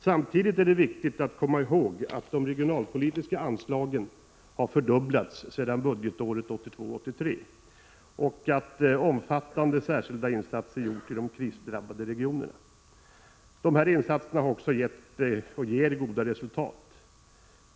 Samtidigt är det viktigt att komma ihåg att de regionalpolitiska anslagen fördubblats sedan budgetåret 1982/83 och att omfattande särskilda insatser gjorts i krisdrabbade regioner. Dessa insatser har också gett och ger goda resultat.